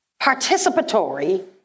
Participatory